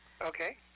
Okay